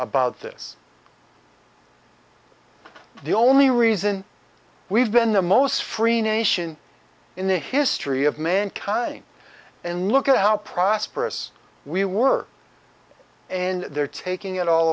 about this the only reason we've been the most free nation in the history of mankind and look at how prosperous we were and they're taking it all